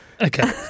Okay